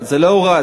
זה לא הורד,